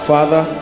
Father